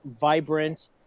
vibrant